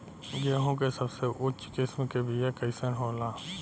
गेहूँ के सबसे उच्च किस्म के बीया कैसन होला?